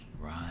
right